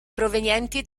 provenienti